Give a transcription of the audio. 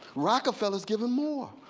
rockefeller's giving more.